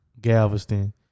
Galveston